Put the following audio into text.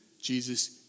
Jesus